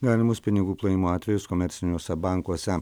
galimus pinigų plovimo atvejus komerciniuose bankuose